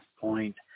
point